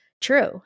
true